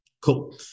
Cool